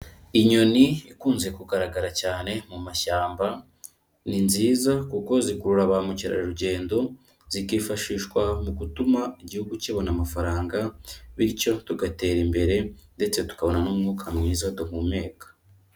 Inyoni ikunze kugaragara cyane mu mashyamba, ni nziza kuko zikurura bamukerarugendo, zikifashishwa mu gutuma igihugu kibona amafaranga bityo tugatera imbere ndetse tukabona n'umwuka mwiza duhumeka.